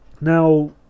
Now